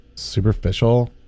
superficial